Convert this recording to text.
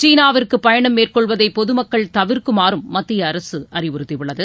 சீனாவிற்கு பயணம் மேற்கொள்வதை பொதுமக்கள் தவிர்க்குமாறும் மத்திய அரசு அறிவுறுத்தியுள்ளது